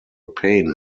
pain